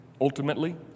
ultimately